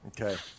okay